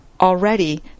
Already